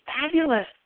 fabulous